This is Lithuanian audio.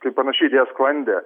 kai panaši idėja sklandė